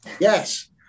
Yes